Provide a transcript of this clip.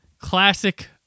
classic